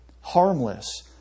harmless